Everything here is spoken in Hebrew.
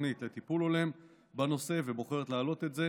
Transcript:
תוכנית לטיפול הולם בנושא ובוחרת להעלות את זה